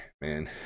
man